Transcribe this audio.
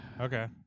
Okay